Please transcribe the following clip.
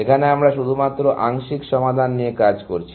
এখানে আমরা শুধুমাত্র আংশিক সমাধান নিয়ে কাজ করছি